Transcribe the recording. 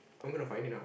I'm gonna find it now